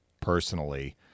personally